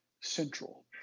central